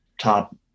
top